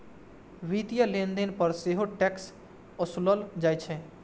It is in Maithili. वित्तीय लेनदेन पर सेहो टैक्स ओसूलल जाइ छै